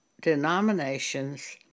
denominations